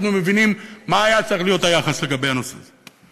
אנחנו מבינים מה היה צריך להיות היחס לגבי הנושא הזה.